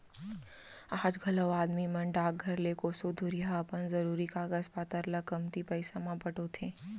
आज घलौ आदमी मन डाकघर ले कोसों दुरिहा अपन जरूरी कागज पातर ल कमती पइसा म पठोथें